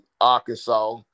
Arkansas